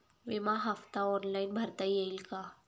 विमा हफ्ता ऑनलाईन भरता येईल का?